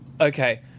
Okay